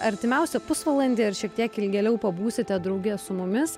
artimiausią pusvalandį ir šiek tiek ilgėliau pabūsite drauge su mumis